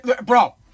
Bro